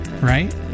right